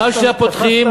פעם שנייה פותחים,